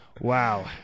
Wow